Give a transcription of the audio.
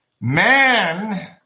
Man